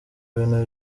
bintu